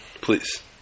please